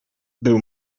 był